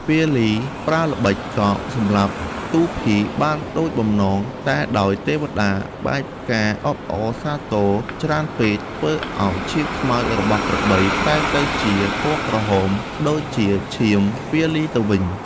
ពាលីប្រើល្បិចកលសម្លាប់ទូភីបានដូចបំណង តែដោយទេវតា បាចផ្កាអបអរសាទរច្រើនពេក ធ្វើឱ្យឈាមខ្មៅរបស់ក្របីប្រែទៅជាពណ៌ក្រហម ដូចជាឈាម ពាលីទៅវិញ។